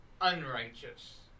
unrighteous